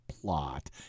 Plot